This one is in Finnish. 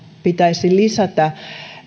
lisätä